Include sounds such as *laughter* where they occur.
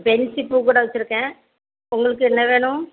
*unintelligible* கூட வச்சுருக்கேன் உங்களுக்கு என்ன வேணும்